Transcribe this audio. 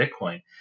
Bitcoin